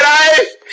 life